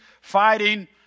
fighting